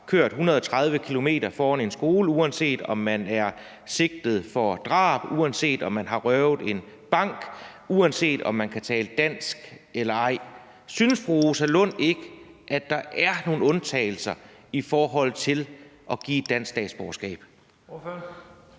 kørt 130 km/t. foran en skole, uanset om man er sigtet for drab, uanset om man har røvet en bank, og uanset om man kan tale dansk eller ej. Synes fru Rosa Lund ikke, at der er nogen undtagelser i forhold til at give et dansk statsborgerskab?